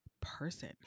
person